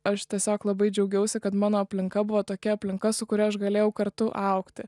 aš tiesiog labai džiaugiausi kad mano aplinka buvo tokia aplinka su kuria aš galėjau kartu augti